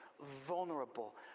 vulnerable